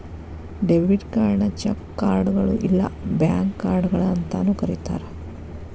debit ಕಾರ್ಡ್ನ check ಕಾರ್ಡ್ಗಳು ಇಲ್ಲಾ ಬ್ಯಾಂಕ್ ಕಾರ್ಡ್ಗಳ ಅಂತಾನೂ ಕರಿತಾರ